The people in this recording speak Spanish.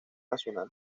nacional